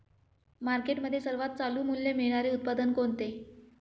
मार्केटमध्ये सर्वात चालू मूल्य मिळणारे उत्पादन कोणते?